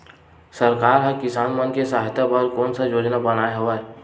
सरकार हा किसान मन के सहायता बर कोन सा योजना बनाए हवाये?